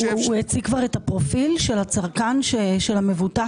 הוא הציג כבר את הפרופיל של הצרכן של המבוטח?